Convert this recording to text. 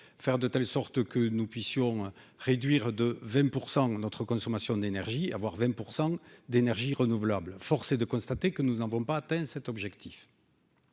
faire de telle sorte que nous puissions réduire de 20 % notre consommation d'énergie, avoir 20 % d'énergies renouvelables, forcé de constater que nous avons pas atteint cet objectif,